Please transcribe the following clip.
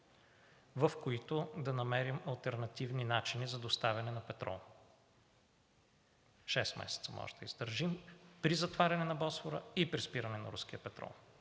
в които да намерим алтернативни начини за доставяне на петрол. Шест месеца може да издържим при затваряне на Босфора и при спиране на руския петрол.